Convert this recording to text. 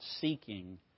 seeking